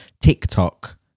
TikTok